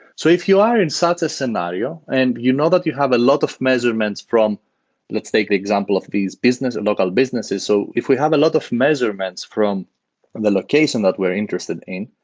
so if you are in such a scenario and you know that you have a lot of measurements from let's take the example of these businesses, local businesses. so if we have a lot of measurements from and the location that we're interested in,